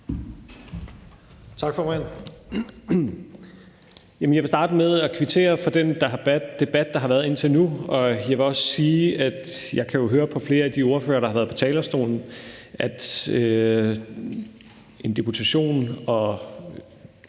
Tak, formand. Jeg vil starte med at kvittere for den debat, der har været indtil nu. Jeg vil også sige, at jeg jo kan høre på flere af de ordførere, der har været på talerstolen, at en deputation og